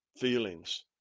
feelings